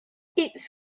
its